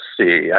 see